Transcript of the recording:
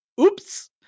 oops